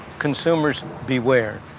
consumers beware.